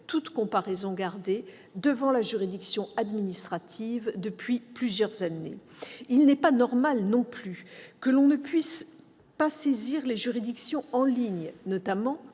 toute comparaison gardée, devant la juridiction administrative depuis plusieurs années. Il n'est pas normal non plus que l'on ne puisse pas saisir les juridictions en ligne, notamment